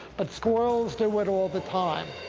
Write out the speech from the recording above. but squirrels do it all the time.